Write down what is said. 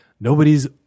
Nobody's